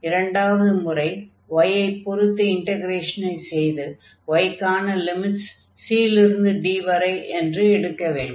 இரண்டாவது முறை y ஐ பொருத்து இன்டக்ரேஷனை செய்து y க்கான லிமிட்ஸ் c லிருந்து d வரை என்று எடுக்க வேண்டும்